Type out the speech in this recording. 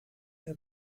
der